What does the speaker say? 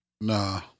Nah